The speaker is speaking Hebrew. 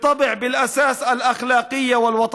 מובן שבהיבט המוסרי והפטריוטי,